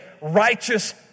righteous